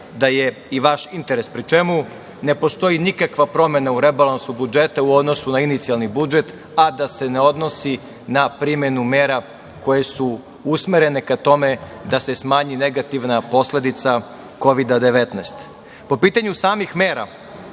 da je i vaš interes, pri čemu ne postoji nikakva promena u rebalansu budžeta u odnosu na inicijalni budžet a da se ne odnosi na primenu mera koje su usmerene ka tome da se smanji negativna posledica COVID-19.Po pitanju samih mera,